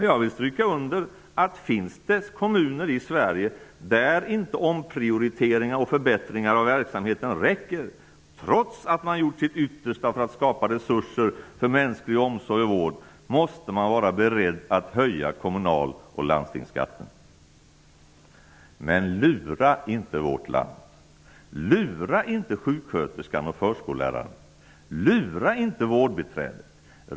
Jag vill stryka under att om det finns kommuner i Sverige, där inte omprioriteringar och förbättringar av verksamheten räcker, trots att man har gjort sitt yttersta för att skapa resurser för mänsklig omsorg och vård, måste man vara beredd att höja kommunalskatten och landstingsskatten. Men lura inte vårt land! Lura inte sjuksköterskan, förskolläraren och vårdbiträdet!